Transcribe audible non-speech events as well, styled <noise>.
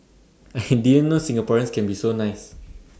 I <noise> didn't know Singaporeans can be so nice